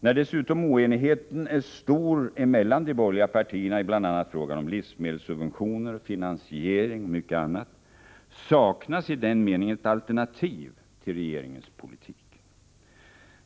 När dessutom oenigheten är stor emellan de borgerliga partierna om livsmedelssubventioner, finansiering och mycket annat, saknas i den meningen ett alternativ till regeringens politik.